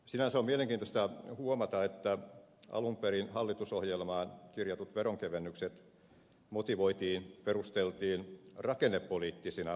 sinänsä on mielenkiintoista huomata että alun perin hallitusohjelmaan kirjatut veronkevennykset motivoitiin perusteltiin rakennepoliittisina toimina